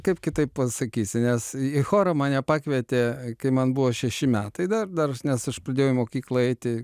kaip kitaip pasakysi nes į chorą mane pakvietė kai man buvo šeši metai dar dar nes aš pradėjau į mokyklą eiti